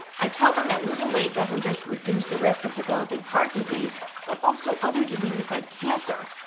i tell them that losing weight doesn't just reduce the risk of developing heart disease but also other diseases like cancer.